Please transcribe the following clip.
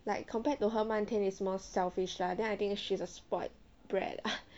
like compared to her 漫天 is more selfish lah then I think she's a spoilt brat